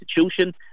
institution